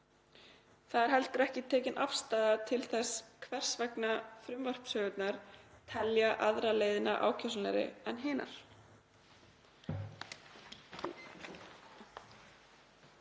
Það er heldur ekki tekin afstaða til þess hvers vegna frumvarpshöfundar telja aðra leiðina ákjósanlegri en hina.